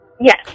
Yes